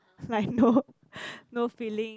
like no no feeling